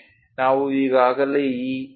ನಾವು ಈಗಾಗಲೇ ಈ 2